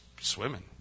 swimming